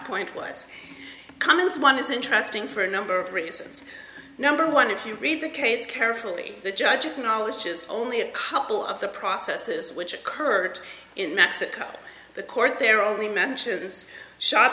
point was commons one is interesting for a number of reasons number one if you read the case carefully the judge acknowledges only a couple of the processes which occurred in mexico the court there only mentions shot